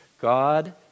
God